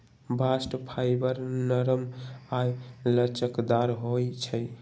bast fibre नरम आऽ लचकदार होइ छइ